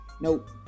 nope